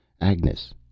Agnes